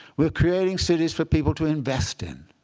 we're creating cities for people to invest in.